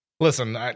Listen